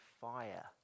fire